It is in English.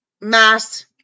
mass